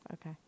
Okay